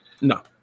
No